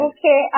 Okay